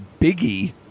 Biggie